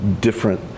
different